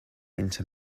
into